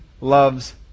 loves